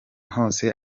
hose